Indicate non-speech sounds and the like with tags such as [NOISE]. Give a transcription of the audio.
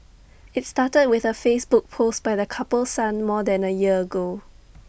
IT started with A Facebook post by the couple's son more than A year ago [NOISE]